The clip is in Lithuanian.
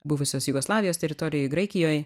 buvusios jugoslavijos teritorijoj graikijoj